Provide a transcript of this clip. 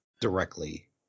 directly